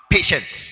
Patience